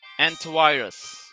Antivirus